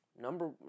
number